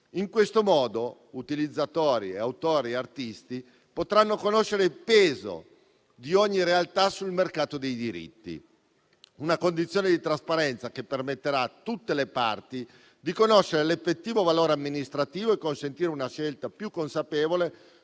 In questo modo utilizzatori, autori e artisti potranno conoscere il peso di ogni realtà sul mercato dei diritti, una condizione di trasparenza che permetterà a tutte le parti di conoscere l'effettivo valore amministrativo e consentire una scelta più consapevole